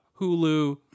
Hulu